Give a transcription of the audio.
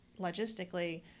logistically